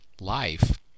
life